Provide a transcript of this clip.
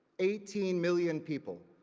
eighteen million people,